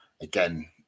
again